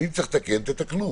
ואם צריך לתקן, תתקנו.